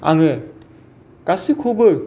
आङो गासैखौबो